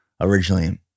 originally